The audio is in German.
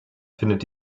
findet